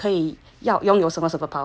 like 我可以要拥有什么 superpower